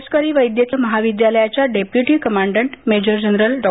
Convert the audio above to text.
लष्करी वैद्यकीय महाविद्यालयाच्या डेप्युटी कमाडेंट मेजर जनरल डॉ